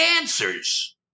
answers